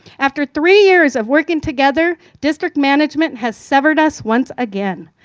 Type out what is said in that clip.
after three years of working together, district management has severed us once again.